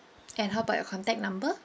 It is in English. and how about your contact number